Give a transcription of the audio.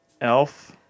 Elf